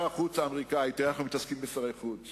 אנחנו זקוקים להכנות כל כך